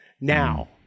now